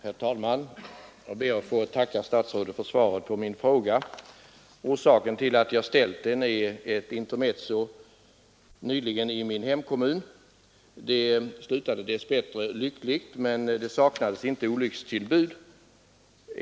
Herr talman! Jag ber att få tacka statsrådet Geijer för svaret på min fråga. Orsaken till att jag ställde den är ett intermezzo nyligen i min hemkommun. Det slutade dess bättre lyckligt, men det saknade inte olyckstillbud.